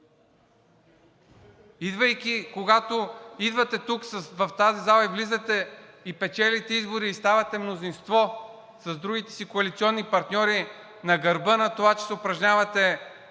Когато идвате тук в тази зала и влизате, и печелите избори, и ставате мнозинство с другите си коалиционни партньори, на гърба на това, че се упражнявате